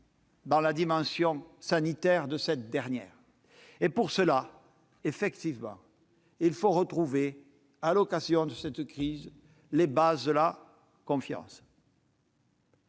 dans la dimension sanitaire de cette dernière. Pour cela, il nous faut retrouver, à l'occasion de cette crise, les bases de la confiance.